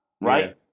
Right